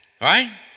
Right